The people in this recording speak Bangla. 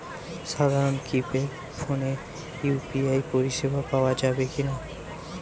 সাধারণ কিপেড ফোনে ইউ.পি.আই পরিসেবা পাওয়া যাবে কিনা?